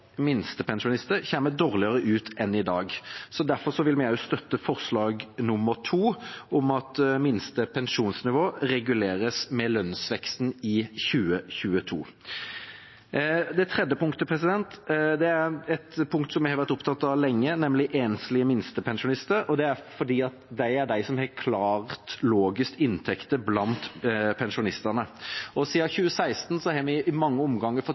minstepensjonister kommer dårligere ut enn i dag, og derfor vil vi også støtte forslag nr. 2, om at minste pensjonsnivå reguleres med lønnsveksten i 2022. Det tredje punktet er et punkt som vi har vært opptatt av lenge, nemlig enslige minstepensjonister, og det er fordi det er de som har klart lavest inntekter blant pensjonistene. Siden 2016 har vi i mange omganger fått